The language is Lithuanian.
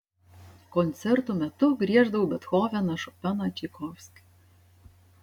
koncertų metu grieždavau bethoveną šopeną čaikovskį